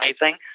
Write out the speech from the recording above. amazing